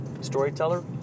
storyteller